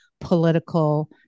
political